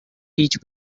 teach